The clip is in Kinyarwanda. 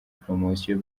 poromosiyo